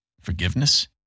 Forgiveness